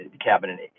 cabinet